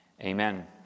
Amen